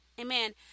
Amen